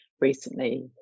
recently